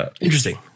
Interesting